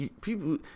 People